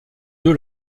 deux